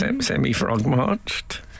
Semi-frog-marched